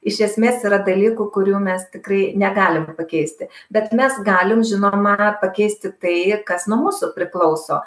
iš esmės yra dalykų kurių mes tikrai negalim pakeisti bet mes galim žinoma pakeisti tai kas nuo mūsų priklauso